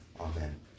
Amen